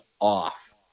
off